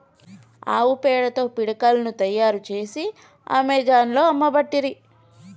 ఆవు పేడతో పిడికలను తాయారు చేసి అమెజాన్లో అమ్మబట్టిరి